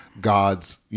God's